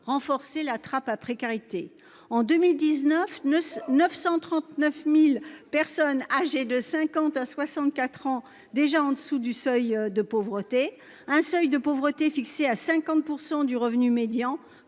renforcer la trappe à précarité en 2019 ne 939.000 personnes âgées de 50 à 64 ans, déjà en dessous du seuil de pauvreté, un seuil de pauvreté fixé à 50% du revenu médian.